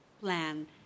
plan